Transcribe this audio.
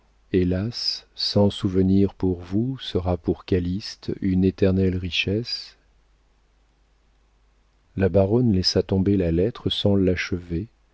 hélas sans souvenir pour vous sera pour calyste une éternelle richesse la baronne laissa tomber la lettre sans l'achever